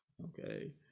okay